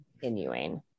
Continuing